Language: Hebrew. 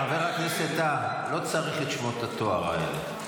חבר הכנסת טאהא, לא צריך את שמות התואר האלה.